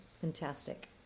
fantastic